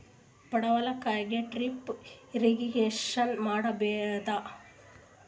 ಪಡವಲಕಾಯಿಗೆ drip irrigation ಮಾಡಬೋದ?